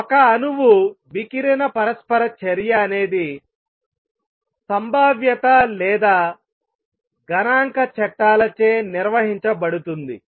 1 అణువు వికిరణ పరస్పర చర్య అనేది సంభావ్యత లేదా గణాంక చట్టాలచే నిర్వహించబడుతుంది